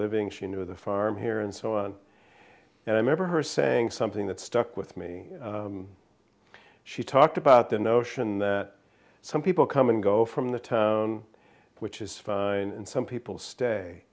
living she knew the farm here and so on and i remember her saying something that stuck with me she talked about the notion that some people come and go from the town which is fine and some people